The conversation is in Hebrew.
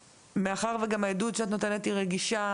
מאחר וגם העדות שאת נותנת היא רגישה,